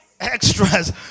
extras